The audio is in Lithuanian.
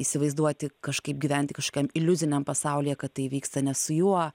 įsivaizduoti kažkaip gyventi kažkokiam iliuziniam pasaulyje kad tai vyksta ne su juo